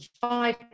five